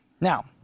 Now